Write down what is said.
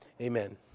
amen